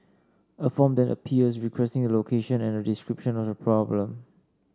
a form then appears requesting the location and a description of the problem